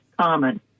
common